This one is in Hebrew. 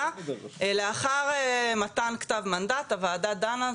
לאחר מתן כתב מנדט הוועדה דנה,